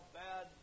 bad